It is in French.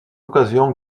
occasion